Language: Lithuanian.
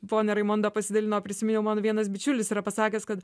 ponia raimonda pasidalino prisiminiau mano vienas bičiulis yra pasakęs kad